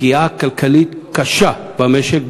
פגיעה כלכלית קשה במשק,